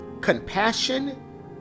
compassion